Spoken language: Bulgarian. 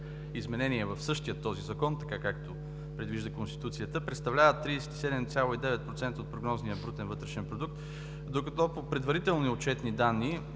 изменение в същия този закон, както предвижда Конституцията, представлява 37,9% от прогнозния брутен вътрешен продукт, докато по предварителни отчетни данни